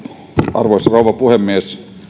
arvoisa rouva puhemies